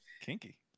Kinky